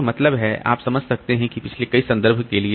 इसका मतलब है आप समझ सकते हैं कि पिछले कई संदर्भ के लिए